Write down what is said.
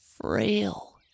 Frail